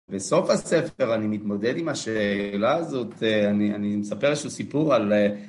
בסוף הספר אני מתמודד עם השאלה הזאת, אני מספר איזשהו סיפור על...